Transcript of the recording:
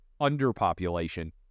Underpopulation